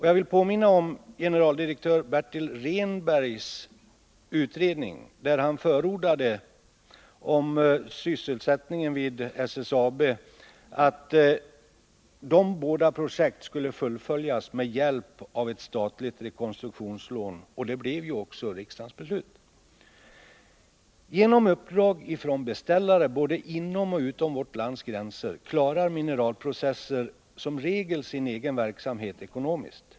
Jag vill påminna om att generaldirektör Bertil Rehnberg i utredningen om sysselsättningen vid SSAB förordade att dessa båda projekt skulle fullföljas med hjälp av ett statligt rekonstruktionslån, vilket också blev riksdagens beslut. Genom uppdrag från beställare både inom och utom vårt lands gränser klarar Mineralprocesser AB som regel sin egen verksamhet ekonomiskt.